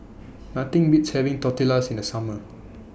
Nothing Beats having Tortillas in The Summer